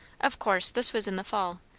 of course this was in the fall,